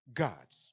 gods